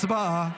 הצבעה.